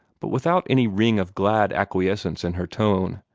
but without any ring of glad acquiescence in her tone.